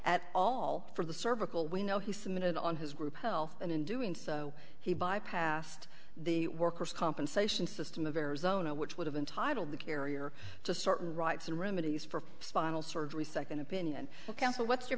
at all for the cervical we know he submitted on his group health and in doing so he bypassed the worker's compensation system of arizona which would have entitled the carrier to certain rights and remedies for spinal surgery second opinion counsel what's your